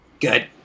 Good